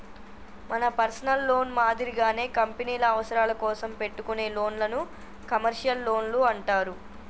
మన personal loan మాదిరిగానే కంపెనీల అవసరాల కోసం పెట్టుకునే లోన్లను కమర్షియల్ లోన్లు అంటారు